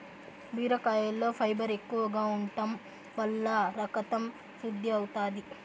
బీరకాయలో ఫైబర్ ఎక్కువగా ఉంటం వల్ల రకతం శుద్ది అవుతాది